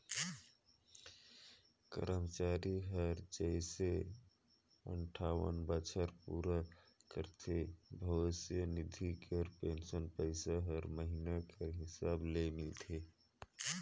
करमचारी हर जइसे अंठावन बछर पूरा करथे भविस निधि कर पेंसन पइसा हर महिना कर हिसाब ले मिलथे